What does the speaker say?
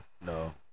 No